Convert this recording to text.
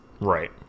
Right